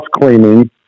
cleaning